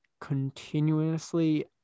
continuously